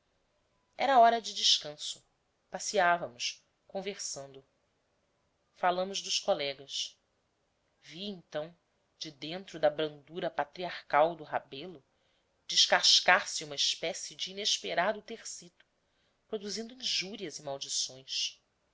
era hora de descanso passeávamos conversando falamos dos colegas vi então de dentro da brandura patriarcal do rebelo descascar se uma espécie de inesperado tersito produzindo injúrias e maldições